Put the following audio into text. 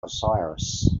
osiris